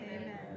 Amen